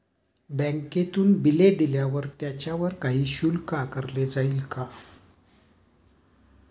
बँकेतून बिले दिल्यावर त्याच्यावर काही शुल्क आकारले जाईल का?